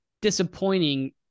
disappointing